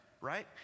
right